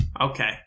okay